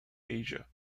asia